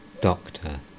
Doctor